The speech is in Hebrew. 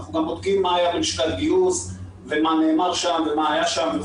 אנחנו גם בודקים מה היה בלשכת גיוס ומה נאמר שם ומה היה שם.